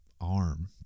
arm